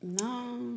No